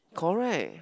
correct